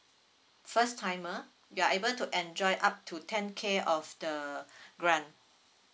first timer you're able to enjoy up to ten K of the grant